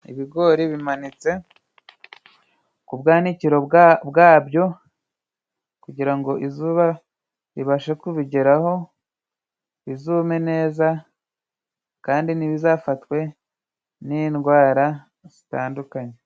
Ibigori bimanitse ku bwanikiro bwabyo， kugira ngo izuba ribashe kubigeraho bizume neza kandi ntibizafatwe n'indwara zitandukanye.